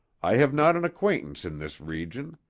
i have not an acquaintance in this region.